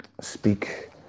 speak